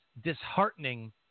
disheartening